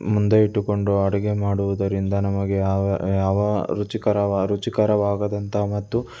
ಮುಂದೆ ಇಟ್ಟುಕೊಂಡು ಅಡುಗೆ ಮಾಡುವುದರಿಂದ ನಮಗೆ ಯಾವ ಯಾವ ರುಚಿಕರವಾಗಿ ರುಚಿಕರವಾದಂಥ ಮತ್ತು